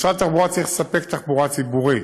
כי משרד התחבורה צריך לספק תחבורה ציבורית,